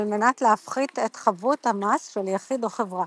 על-מנת להפחית את חבות המס של יחיד או חברה.